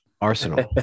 Arsenal